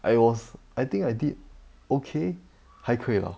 I was I think I did okay 还可以 lah